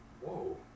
whoa